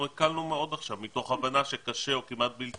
אנחנו הקלנו מאוד עכשיו מתוך הבנה שקשה או כמעט בלתי